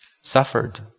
suffered